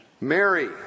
Mary